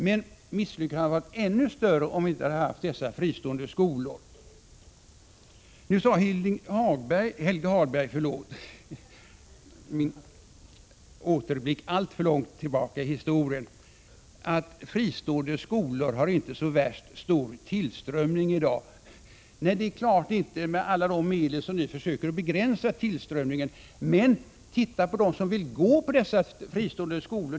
Men misslyckandet hade varit ännu större om vi inte hade haft dessa fristående skolor. Nu sade Hilding Hagberg, förlåt, Helge Hagberg — jag hamnade i min återblick alltför långt tillbaka i historien — att fristående skolor inte har särskilt stor tillströmning av elever i dag. Nej, det är klart, när ni med alla medel försöker begränsa den. Men se på hur många det är som vill studera vid de fristående skolorna!